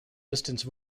distance